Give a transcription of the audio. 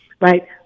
right